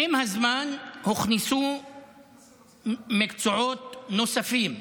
עם זמן הוכנסו מקצועות נוספים.